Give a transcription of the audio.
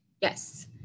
Yes